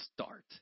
start